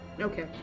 Okay